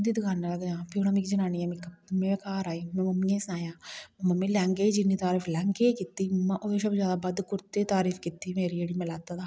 इंदी दकाने उप्पर गै जाना में घर आई में मम्मी गी सनाया मम्मी लैंहगे दी जिन्नी तारीफ लैंहगे दी कीती ओहदे कशा बी बद्ध कुर्ते दी तारीफ कीती मेरी जेहड़ा में लैता दा ना